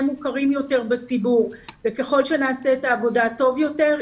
מוכרים יותר בציבור וככל שנעשה את העבודה טוב יותר,